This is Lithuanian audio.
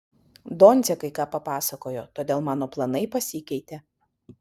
doncė kai ką papasakojo todėl mano planai pasikeitė